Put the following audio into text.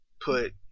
put